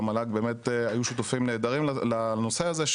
והמל"ג היו שותפים נהדרים לנושא הזה,